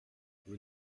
vous